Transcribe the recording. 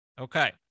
Okay